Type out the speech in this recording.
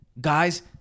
guys